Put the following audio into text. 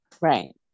right